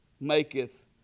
maketh